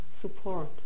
support